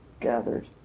gathered